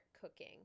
cooking